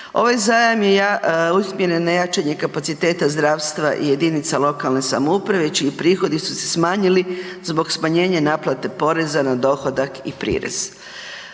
Ovaj zajam usmjeren je na jačanje kapaciteta zdravstva i jedinica lokalne samouprave čiji prihodi su se smanjili zbog smanjenja poreza na dohodak i prirez.